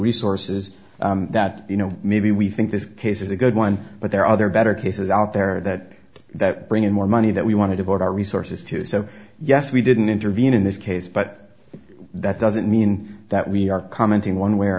resources that you know maybe we think this case is a good one but there are other better cases out there that that bring in more money that we want to devote our resources to so yes we didn't intervene in this case but that doesn't mean that we are commenting one way or